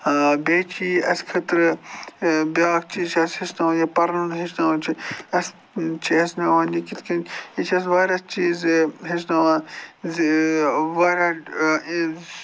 بیٚیہِ چھِ یہِ اَسہِ خٲطرٕ بیٛاکھ چیٖز چھِ اَسہِ ہیٚچھناوان یہِ پَرُن ہیٚچھناوان چھِ اَسہِ چھِ ہیٚچھناوان یہِ کِتھ کٔنۍ یہِ چھِ اَسہِ واریاہ چیٖز ہیٚچھناوان زِ واریاہ